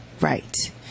Right